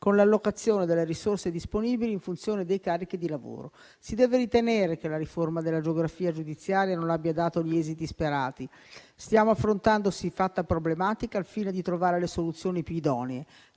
con l'allocazione delle risorse disponibili in funzione dei carichi di lavoro. Si deve ritenere che la riforma della geografia giudiziaria non abbia dato gli esiti sperati, pertanto stiamo affrontando siffatta problematica al fine di trovare le soluzioni più idonee.